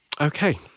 okay